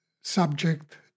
subject